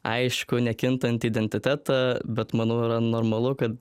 aiškų nekintanti identitetą bet manau yra normalu kad